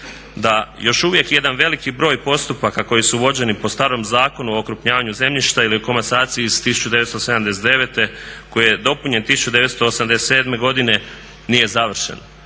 da još uvijek jedan veliki broj postupaka koji su vođeni po starom Zakonu o okrupnjavanju zemljišta ili komasaciji iz 1979.koji je dopunjen 1987.godine nije završen.